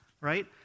right